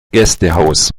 gästehaus